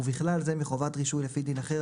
ובכלל זה מחובת רישוי לפי דין אחר,